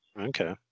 Okay